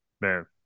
Man